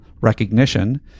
Recognition